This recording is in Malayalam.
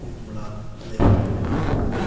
കുമ്പള അതേപോലെ മധൂര്